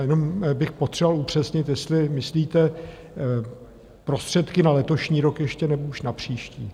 Jenom bych potřeboval upřesnit, jestli myslíte prostředky na letošní rok ještě, nebo už na příští?